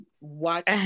Watch